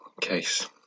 case